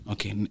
Okay